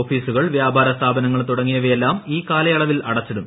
ഓഫീസുകൾ വ്യാപാര സ്ഥാപനങ്ങൾ തുടങ്ങിയവയെല്ലാം ഈ കാലയളവിൽ അടച്ചിടും